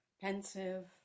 pensive